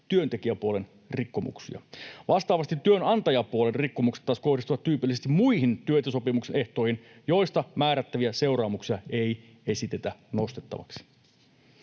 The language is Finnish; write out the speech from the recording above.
työntekijäpuolen rikkomuksia. Vastaavasti työnantajapuolen rikkomukset kohdistuvat tyypillisesti muihin työehtosopimuksen ehtoihin, joista määrättäviä seuraamuksia ei esitetä nostettavaksi.